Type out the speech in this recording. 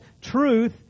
truth